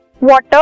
water